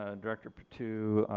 ah director patu,